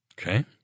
Okay